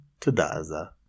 Tadaza